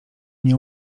nie